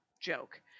joke